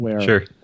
Sure